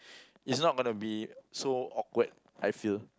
is not gonna be so awkward I feel